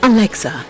Alexa